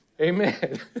Amen